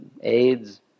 AIDS